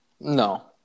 No